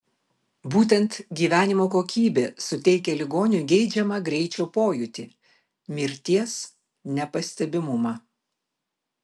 būtent gyvenimo kokybė suteikia ligoniui geidžiamą greičio pojūtį mirties nepastebimumą